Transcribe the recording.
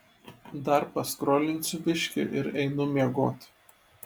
dar paskrolinsiu biškį ir einu miegot